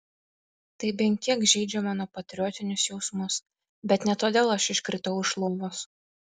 tai bent kiek žeidžia mano patriotinius jausmus bet ne todėl aš iškritau iš lovos